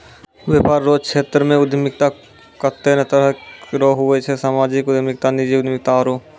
वेपार रो क्षेत्रमे उद्यमिता कत्ते ने तरह रो हुवै छै सामाजिक उद्यमिता नीजी उद्यमिता आरु